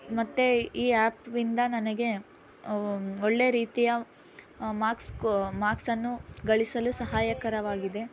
ಮತ್ತೆ ಈ ಆ್ಯಪ್ಯಿಂದ ನನಗೆ ಒಳ್ಳೆ ರೀತಿಯ ಮಾಕ್ಸ್ ಸ್ಕೊ ಮಾಕ್ಸ್ ಅನ್ನು ಗಳಿಸಲು ಸಹಾಯಕರವಾಗಿದೆ